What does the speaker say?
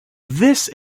this